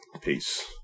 Peace